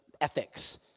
ethics